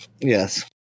Yes